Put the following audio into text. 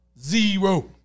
Zero